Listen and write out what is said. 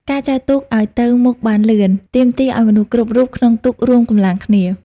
ការចែវទូកឱ្យទៅមុខបានលឿន ទាមទារឱ្យមនុស្សគ្រប់រូបក្នុងទូករួមកម្លាំងគ្នា។